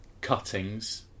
cuttings